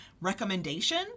recommendation